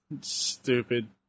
Stupid